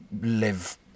live